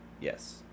Yes